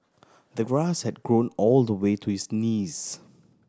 the grass had grown all the way to his knees